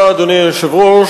אדוני היושב-ראש,